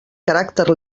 caràcter